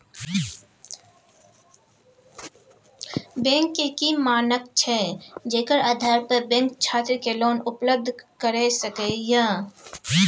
Bank के की मानक छै जेकर आधार पर बैंक छात्र के लोन उपलब्ध करय सके ये?